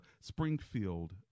springfield